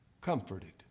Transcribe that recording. comforted